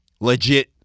legit